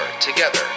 together